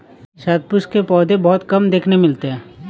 शतपुष्प के पौधे बहुत कम देखने को मिलते हैं